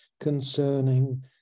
concerning